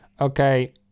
Okay